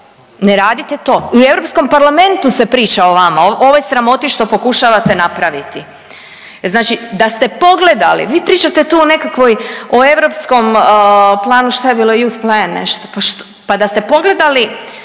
Ne radite to, i u Europskom parlamentu se priča o vama, o ovoj sramoti što pokušavate napraviti. Znači da ste pogledali, vi pričate tu o nekakvoj, o europskom planu, šta je bilo, youth plan, nešto, pa što, pa da ste pogledali